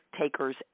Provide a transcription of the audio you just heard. takers